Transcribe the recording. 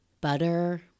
butter